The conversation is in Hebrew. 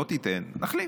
לא תיתן, נחליף.